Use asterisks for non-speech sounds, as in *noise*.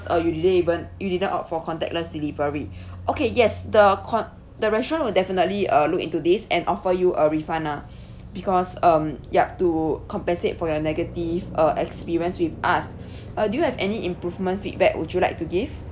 uh you didn't even you didn't opt for contactless delivery okay yes the con~ the restaurant will definitely uh look into this and offer you a refund lah *breath* because um yup to compensate for your negative uh experience with us *breath* uh do you have any improvement feedback would you like to give